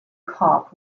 cop